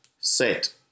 set